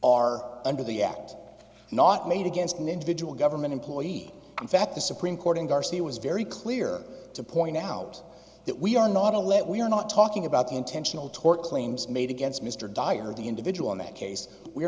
are under the act not made against an individual government employee in fact the supreme court in garcia was very clear to point out that we are not to let we are not talking about the intentional tort claims made against mr dyer the individual in that case we're